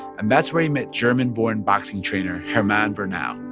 and that's where he met german-born boxing trainer herman bernau.